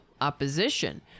opposition